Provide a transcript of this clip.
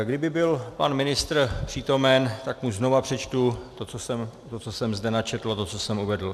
Kdyby byl pan ministr přítomen, tak mu znova přečtu to, co jsem zde načetl, to, co jsem uvedl.